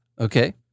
Okay